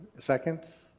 second.